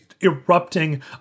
erupting